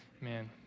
Man